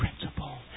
principle